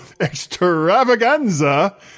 extravaganza